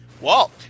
Walt